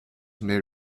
may